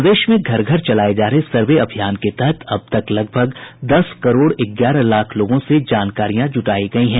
प्रदेश में घर घर चलाये जा रहे सर्वे अभियान के तहत अब तक लगभग दस करोड़ ग्यारह लाख लोगों से जानकारियां जूटायी गयी हैं